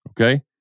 Okay